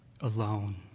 Alone